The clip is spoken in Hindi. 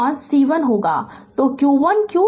तो q 1 qस्लाइड समय को यह मिल गया है